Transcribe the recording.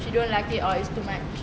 she don't like it or is too much